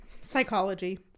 psychology